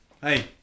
hey